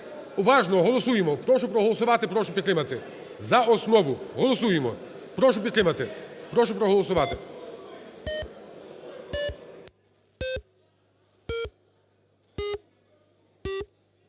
Уважно, голосуємо. Прошу проголосувати. Прошу підтримати. За основу. Голосуємо. Прошу підтримати. Прошу проголосувати.